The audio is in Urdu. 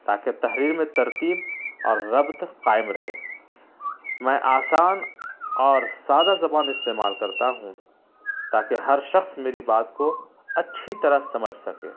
تاکہ تحریر میں ترتیب اور ربط قائم رہے میں آسان اور سادہ زبان استعمال کرتا ہوں تاکہ ہر شخص میری بات کو اچھی طرح سمجھ سکے